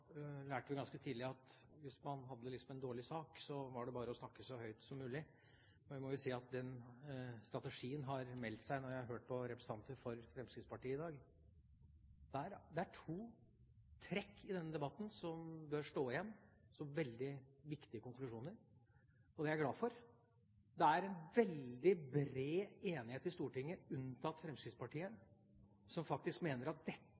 må jo si at den strategien har meldt seg når jeg har hørt på representanter for Fremskrittspartiet i dag. Det er to trekk i denne debatten som bør stå igjen som veldig viktige konklusjoner, og det er jeg glad for. Det er en bred enighet i Stortinget, unntatt Fremskrittspartiet, om at dette faktisk er en så stor utfordring, ikke bare når det gjelder klesplagg, men når det gjelder tvang, undertrykkelse, vold, overgrep mot kvinner – og jeg vil også si mot barn – at det